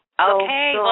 Okay